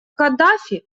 каддафи